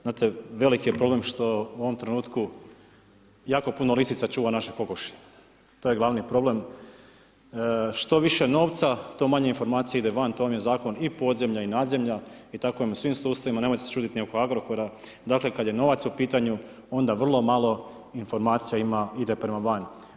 Znate, veliki je problem što u ovom trenutku jako puno lisica čuva naše kokoši, to je glavni problem, što više novca, to manje informacija ide van, to vam je zakon i podzemlja i nad zemlja i tako vam je u svim sustavima, nemojte se čuditi ni oko Agrokora, dakle kada je novac u pitanju onda vrlo malo informacija ima, ide prema van.